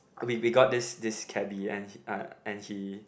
we we got this this cabby and uh and he